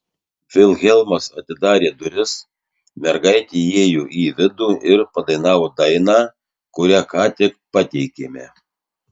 vilhelmas atidarė duris mergaitė įėjo į vidų ir padainavo dainą kurią ką tik pateikėme